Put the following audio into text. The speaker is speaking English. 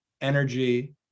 energy